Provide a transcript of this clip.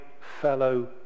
fellow